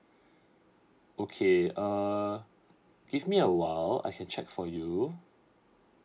okay err give me a while I can check for you